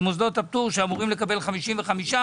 ומוסדות הפטור שאמורים לקבל 55%,